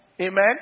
Amen